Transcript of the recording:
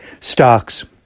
stocks